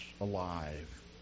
alive